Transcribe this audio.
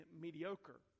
mediocre